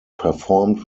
performed